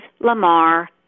Lamar